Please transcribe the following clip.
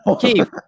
Keith